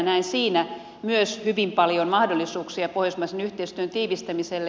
näen siinä myös hyvin paljon mahdollisuuksia pohjoismaisen yhteistyön tiivistämiselle